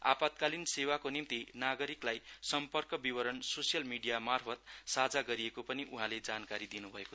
आपात्कालिन सेवाको निम्ति नागरिकलाई सम्पर्क विवरण सोस्यल मिडियामार्फत साझा गरिएको पनि उहाँले जानकारी दिनुभयो